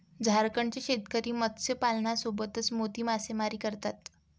झारखंडचे शेतकरी मत्स्यपालनासोबतच मोती मासेमारी करतात